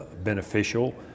beneficial